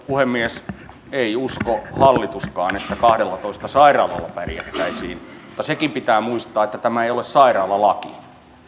puhemies ei usko hallituskaan että kahdellatoista sairaalalla pärjättäisiin mutta sekin pitää muistaa että tämä ei ole sairaalalaki